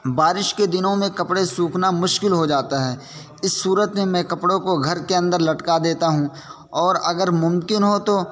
بارش کے دنوں میں کپڑے سوکھنا مشکل ہو جاتا ہے اس صورت میں میں کپڑوں کو گھر کے اندر لٹکا دیتا ہوں اور اگر ممکن ہو تو